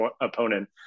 opponent